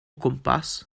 gwmpas